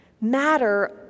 matter